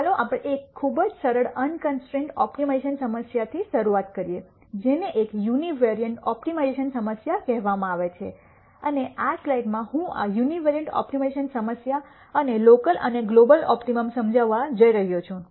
ચાલો આપણે એક ખૂબ જ સરળ અનકન્સ્ટ્રૈન્ટ ઓપ્ટિમાઇઝેશન સમસ્યાથી શરૂઆત કરીએ જેને એક યુનિવેરિએંટ ઓપ્ટિમાઇઝેશન સમસ્યા કહેવામાં આવે છે અને આ સ્લાઇડમાં હું આ યુનિવેરિએંટ ઓપ્ટિમાઇઝેશન સમસ્યા અને લોકલ અને ગ્લોબલ ઓપ્ટીમમ સમજાવવા જઈ રહ્યો છું